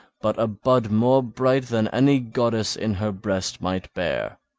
but a bud more bright than any goddess in her breast might bear.